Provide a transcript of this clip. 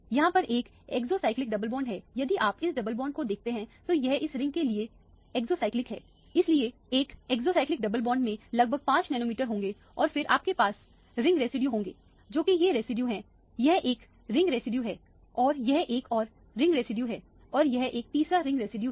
यहां पर एक एक्सोसाइक्लिक डबल बॉन्ड है यदि आप इस डबल बॉन्ड को देखते हैं तो यह इस रिंग के लिए एक एक्सोसाइक्लिक है इसलिए एक एक्सोसाइक्लिक डबल बॉन्ड में लगभग 5 नैनोमीटर होंगे और फिर आपके पास रिंग रेसिड्यू होंगे जो कि ये रेसिड्यू हैं यह एक रिंग रेसिड्यू है और यह एक और रिंग रेसिड्यू है और यह एक तीसरा रिंग रेसिड्यू है